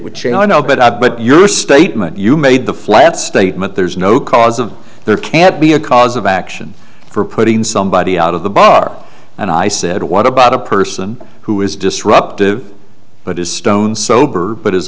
change i know but i bet your statement you made the flat statement there's no cause of there can't be a cause of action for putting somebody out of the bar and i said what about a person who is disruptive but is stone sober but i